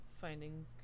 finding